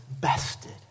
bested